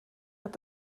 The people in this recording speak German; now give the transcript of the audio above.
hat